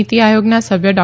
નિતી આયોગના સભ્ય ડો